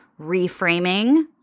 reframing